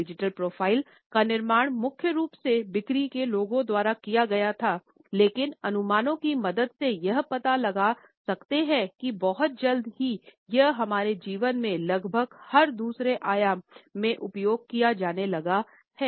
digital profile का निर्माण मुख्य रूप से बिक्री के लोगों द्वारा किया गया था लेकिन अनुमानों की मदद से यह पाते लगा सकते हैं कि बहुत जल्द ही यह हमारे जीवन के लगभग हर दूसरे आयाम में उपयोग किया जाने लगा हैं